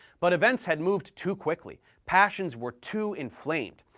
but events had moved too quickly, passions were too inflamed,